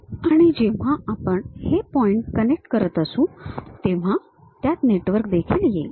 आणि जेव्हा आपण हे पॉइंट कनेक्ट करत असू तेव्हा त्यात नेटवर्क देखील येईल